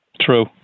True